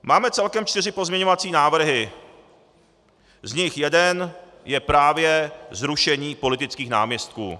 Máme celkem čtyři pozměňovací návrhy, z nich jeden je právě zrušení politických náměstků.